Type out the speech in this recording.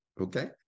Okay